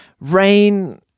Rain